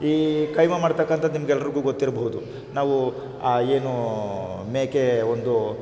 ಈ ಕೈಮ ಮಾಡ್ತಕ್ಕಂಥದ್ದು ನಿಮ್ಗೆಲ್ರಿಗೂ ಗೊತ್ತಿರ್ಬಹ್ದು ನಾವು ಆ ಏನು ಮೇಕೆ ಒಂದು